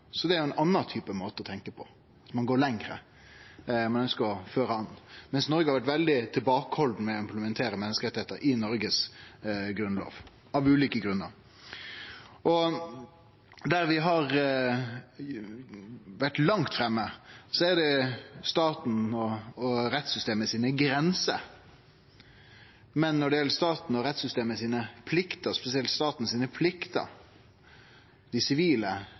Så det er ein annan måte å tenkje på. Ein går lenger, ein ønskjer å føre an, medan Noreg har vore veldig tilbakehalden med å implementere menneskerettar i den norske grunnlova, av ulike grunnar. Der vi har vore langt framme, gjeld statens og rettssystemets grenser, men når det gjeld statens og rettssystemets plikter, spesielt statens plikter, dei sivile